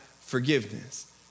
forgiveness